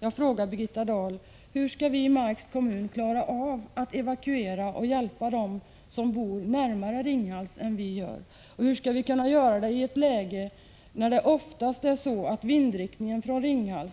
Jag frågar Birgitta Dahl: Hur skall vi i Marks kommun klara av att evakuera och att hjälpa dem som bor närmare Ringhals än vi? Oftast är det så, att vindriktningen från Ringhals